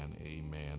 Amen